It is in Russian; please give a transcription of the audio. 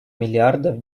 миллиардов